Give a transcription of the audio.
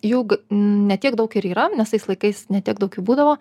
juk ne tiek daug ir yra nes tais laikais ne tiek daug jų būdavo